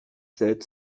sept